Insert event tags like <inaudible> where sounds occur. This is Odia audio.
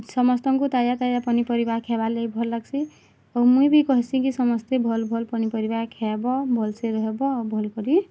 ସମସ୍ତଙ୍କୁ ତାଜା <unintelligible> ପନିପରିବା ଖାଇବାର୍ ଲାଗି ଭଲ୍ ଲାଗ୍ସି ଆଉ ମୁଁ ବି କହିସି କି ସମସ୍ତେ ଭଲ୍ ଭଲ୍ ପନିପରିବା ଖାଇବ ଭଲ୍ ସେ ରହିବ ଆଉ ଭଲ୍ କରି